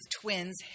twins